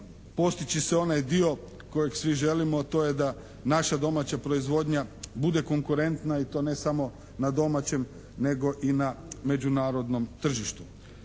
postići se onaj dio kojeg svi želimo a to je da naša domaća proizvodnja bude konkurentna i to ne samo na domaćem nego i na međunarodnom tržištu.